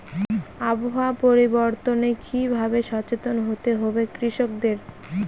আবহাওয়া পরিবর্তনের কি ভাবে সচেতন হতে হবে কৃষকদের?